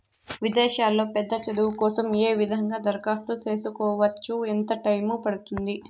విదేశాల్లో పెద్ద చదువు కోసం ఏ విధంగా దరఖాస్తు సేసుకోవచ్చు? ఎంత టైము పడుతుంది?